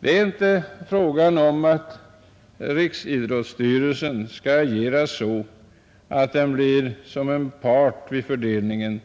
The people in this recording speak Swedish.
Det är inte fråga om att Riksidrottsstyrelsen skall agera som en part vid fördelningen